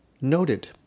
Noted